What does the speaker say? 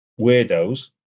weirdos